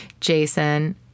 Jason